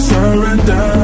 Surrender